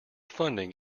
funding